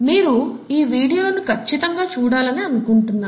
మీరు ఈ వీడియోలను కచ్చితంగా చూడాలని నేను అనుకుంటున్నాను